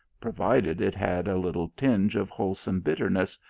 provided it had a little tinge of wholesome bitterness,